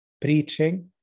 preaching